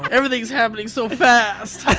everything's happening so fast!